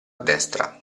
destra